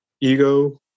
ego